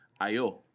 Ayo